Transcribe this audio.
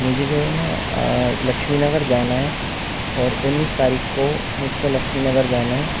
مجھے جو ہے نا لکشمی نگر جانا ہے اور انیس تاریخ کو مجھ کو لکشمی نگر جانا ہے